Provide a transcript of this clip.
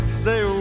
stay